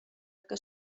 que